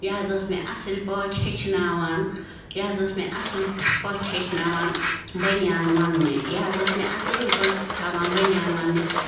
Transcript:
یہِ حظ ٲس مےٚ اَصٕلۍ پٲٹھۍ ہیٚچھناوان یہِ حظ ٲسۍ مےٚ اَصٕل پٲٹھۍ ہیٚچھناوان بٔنیان ووننہِ یہِ حظ ٲس مےٚ اَصٕل پٲٹھۍ تھاوان بٔنیان ووننہِ